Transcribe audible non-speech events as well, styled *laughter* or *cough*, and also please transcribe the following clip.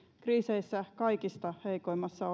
kriiseissä kaikista heikoimmassa *unintelligible*